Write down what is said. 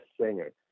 singer